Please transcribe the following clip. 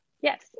Yes